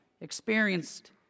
experienced